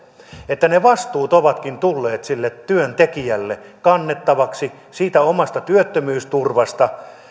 että ne vastuut ovatkin tulleet sille työntekijälle kannettavaksi siitä omasta työttömyysturvasta